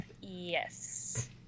yes